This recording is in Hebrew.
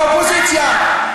האופוזיציה.